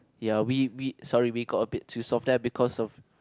ya we we sorry we got a bit too soft there because of